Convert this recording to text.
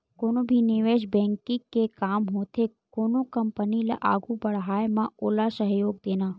कोनो भी निवेस बेंकिग के काम होथे कोनो कंपनी ल आघू बड़हाय म ओला सहयोग देना